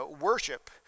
worship